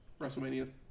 WrestleMania